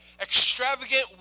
Extravagant